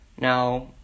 Now